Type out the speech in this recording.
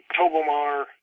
Tobomar